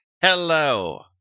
Hello